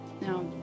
Now